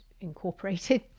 incorporated